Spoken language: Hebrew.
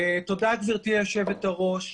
תודה, גברתי יושבת הראש.